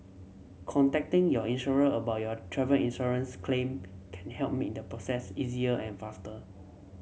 contacting your insurer about your travel insurance claim can help make the process easier and faster